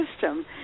system